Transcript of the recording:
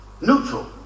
Neutral